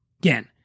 Again